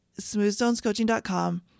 smoothstonescoaching.com